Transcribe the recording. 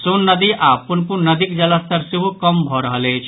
सोन नदी आओर पुनपुन नदीक जलस्तर सेहो कम भऽ रहल अछि